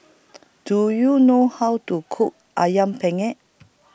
Do YOU know How to Cook Ayam Penyet